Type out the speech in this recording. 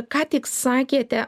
ką tik sakėte